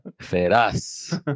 Feras